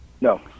no